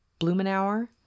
Blumenauer